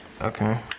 Okay